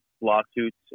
lawsuits